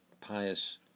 pious